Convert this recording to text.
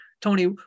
Tony